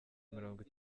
mirongo